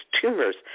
tumors